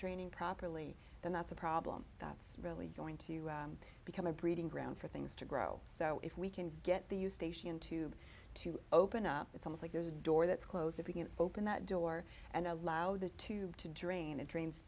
draining properly then that's a problem that's really going to become a breeding ground for things to grow so if we can get the you station tube to open up it's almost like there's a door that's close to being open that door and allow the tube to drain it drains